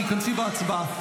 תיכנסי בהצבעה.